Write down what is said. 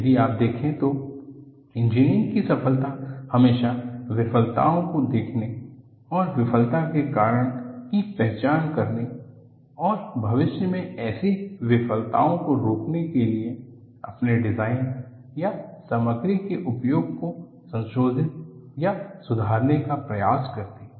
यदि आप देखे तो इंजीनियरिंग की सफलता हमेशा विफलताओं को देखने और विफलता के कारण की पहचान करने और भविष्य में ऐसी विफलताओं को रोकने के लिए अपने डिजाइन या सामग्री के उपयोग को संशोधित या सुधारने का प्रयास करती है